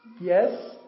Yes